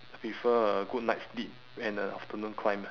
prefer a good night's sleep and a afternoon climb